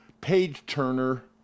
page-turner